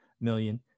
million